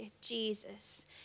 Jesus